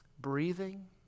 Breathing